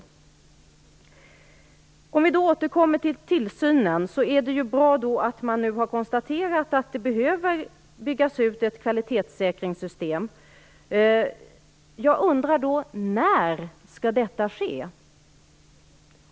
Låt mig sedan återkomma till frågan om tillsynen. Det är bra att man nu har konstaterat att det behöver byggas ut ett kvalitetssäkringssystem. Jag undrar då: När skall detta ske?